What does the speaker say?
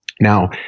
now